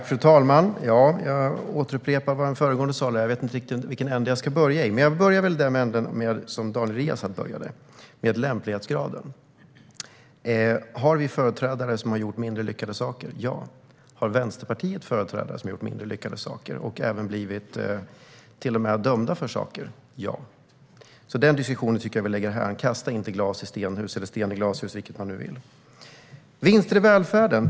Fru talman! Jag återupprepar vad som har sagts, men jag vet inte riktigt i vilken ände jag ska börja. Men jag börjar i den ände som Daniel Riazat började, med lämplighetsgraden. Har vi företrädare som har gjort mindre lyckade saker? Ja, det har vi. Har Vänsterpartiet företrädare som har gjort mindre lyckade saker och till och med blivit dömda för saker? Ja, det har de. Därför tycker jag att vi lägger den diskussionen åt sidan. Kasta inte sten i glashus!